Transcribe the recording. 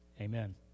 amen